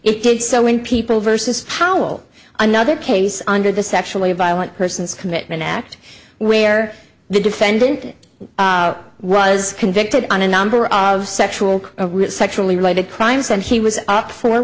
it did so when people versus powell another case under the sexually violent persons commitment act where the defendant was convicted on a number of sexual sexually related crimes and he was up for